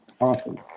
Awesome